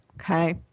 Okay